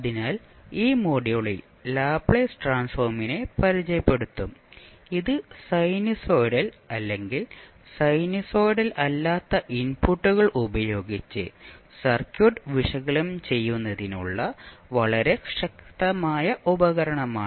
അതിനാൽ ഈ മൊഡ്യൂളിൽ ലാപ്ലേസ് ട്രാൻസ്ഫോമിനെ പരിചയപ്പെടുത്തും ഇത് സിനുസോയ്ഡൽ അല്ലെങ്കിൽ സിനുസോയ്ഡൽ അല്ലാത്ത ഇൻപുട്ടുകൾ ഉപയോഗിച്ച് സർക്യൂട്ട് വിശകലനം ചെയ്യുന്നതിനുള്ള വളരെ ശക്തമായ ഉപകരണമാണ്